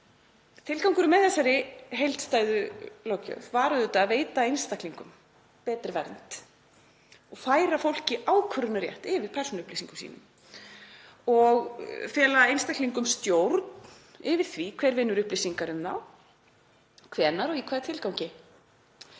Tilgangurinn með þessari heildstæðu löggjöf var auðvitað að veita einstaklingum betri vernd, færa fólki ákvörðunarrétt yfir persónuupplýsingum sínum og fela einstaklingum stjórn á því hver vinnur upplýsingar um þá, hvenær og í hvaða tilgangi.